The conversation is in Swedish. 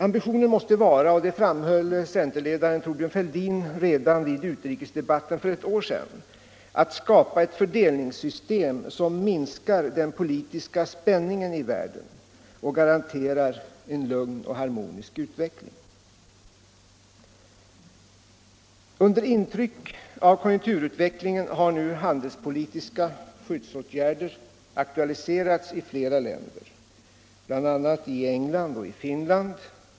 Ambitionen måste vara — och det framhöll centerledaren Thorbjörn Fälldin redan vid utrikesdebatten för ett år sedan — att skapa ett fördelningssystem som minskar den politiska spänningen i världen och garanterar en lugn och harmonisk utveckling. Under intryck av konjunkturutvecklingen har nu handelspolitiska skyddsåtgärder aktualiserats i flera länder, bl.a. England och Finland.